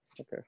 okay